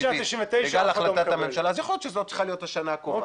משנת 99'. אז יכול להיות שזו צריכה להיות השנה הקובעת.